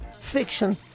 fiction